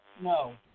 No